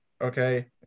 Okay